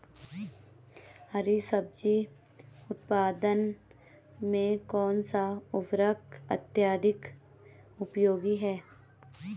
हरी सब्जी उत्पादन में कौन सा उर्वरक अत्यधिक उपयोगी है?